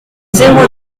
zéro